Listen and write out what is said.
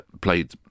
played